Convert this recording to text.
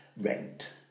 rent